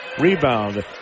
Rebound